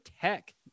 tech